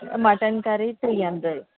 mutton curry three hundred